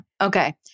Okay